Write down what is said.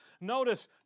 Notice